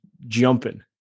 jumping